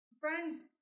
Friends